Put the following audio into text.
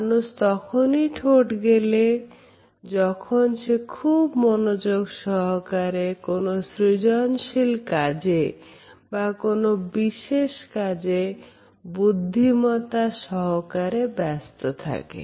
মানুষ তখনই ঠোঁট গেলে যখন সে খুব মনোযোগ সহকারে কোন সৃজনশীল কাজে বা কোন বিশেষ কাজে বুদ্ধিমত্তা সহকারে ব্যস্ত থাকে